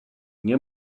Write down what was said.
nie